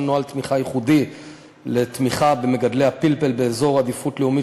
נוהל תמיכה ייחודי לתמיכה במגדלי הפלפל באזור עדיפות לאומית,